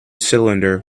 cylinder